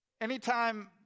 Anytime